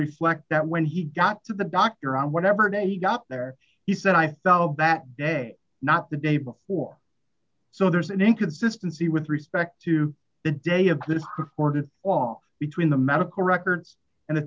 reflect that when he got to the doctor on whatever day he got there he said i felt that day not the day before so there's an inconsistency with respect to the day you have ordered off between the medical records and the